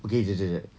okay jap jap jap